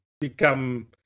become